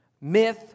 myth